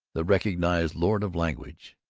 the recognized lord of language.